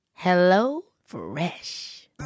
HelloFresh